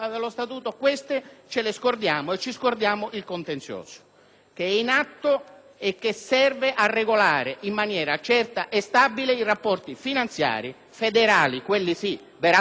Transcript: in atto, che serve a regolare in maniera certa e stabile i rapporti finanziari, federali, quelli sì veramente federali, tra lo Stato ed il sistema delle autonomie speciali.